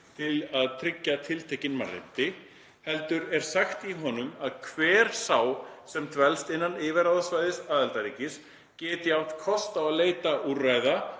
til að tryggja tiltekin mannréttindi, heldur er sagt í honum að hver sá, sem dvelst innan yfirráðasvæðis aðildarríkis, geti átt kost á að leita úrræða